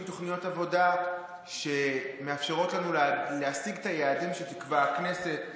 תוכניות עבודה שמאפשרות לנו להשיג את היעדים שתקבע הכנסת.